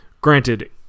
granted